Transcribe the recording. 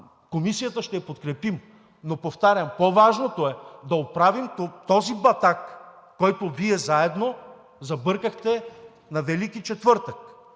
комисията, но повтарям, по-важното е да оправим този батак, който Вие заедно забъркахте на Велики четвъртък